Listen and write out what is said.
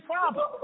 problem